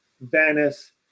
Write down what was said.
Venice